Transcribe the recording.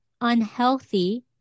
unhealthy